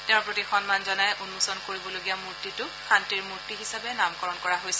তেওঁৰ প্ৰতি সন্মান জনাই উন্মোচন কৰিবলগীয়া মূৰ্তিটোক শান্তিৰ মূৰ্তি হিচাপে নামকৰণ কৰা হৈছে